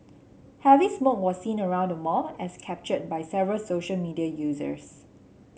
heavy smoke was seen around the mall as captured by several social media users